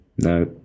No